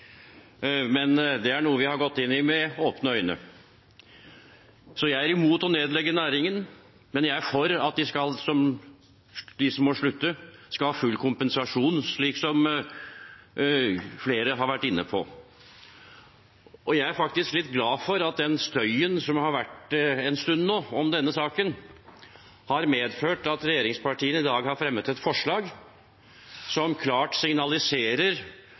men det er noe vi har gått inn i med åpne øyne. Jeg er imot å nedlegge næringen, men jeg er for at de som må slutte, skal ha full kompensasjon, slik som flere har vært inne på. Jeg er faktisk litt glad for at den støyen som har vært en stund nå om denne saken, har medført at regjeringspartiene i dag har fremmet et forslag som klart signaliserer